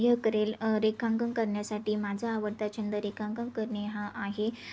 ह्य करेल रेखांकन करण्यासाठी माझा आवडता छंद रेखांकन करणे हा आहे